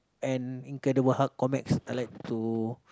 and incredible hulk comics I like to